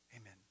amen